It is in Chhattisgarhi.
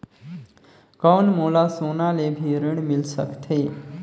कौन मोला सोना ले भी ऋण मिल सकथे?